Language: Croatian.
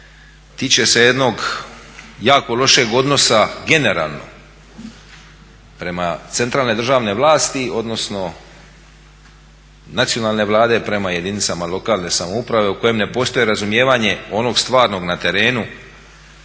tiče se jednog jako lošeg odnosa generalno prema centralne državne vlasti odnosno nacionalne vlade prema jedinicama lokalne samouprave u kojem ne postoji razumijevanje onog stvarnog na terenu